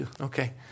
Okay